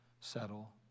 settle